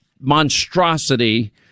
monstrosity